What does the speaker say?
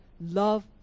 love